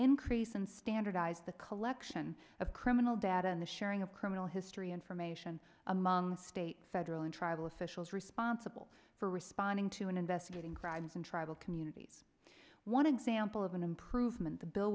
increase in standardize the collection of criminal data and a sharing of criminal history information among state federal and tribal officials respond civil for responding to an investigating crimes in tribal communities one example of an improvement the bill